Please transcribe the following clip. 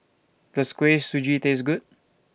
Does Kuih Suji Taste Good